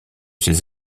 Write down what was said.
ses